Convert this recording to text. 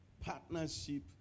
Partnership